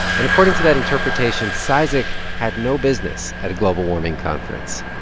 and according to that interpretation, cizik had no business at a global warming conference.